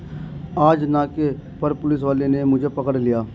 आज नाके पर पुलिस वाले ने मुझे पकड़ लिया